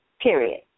Period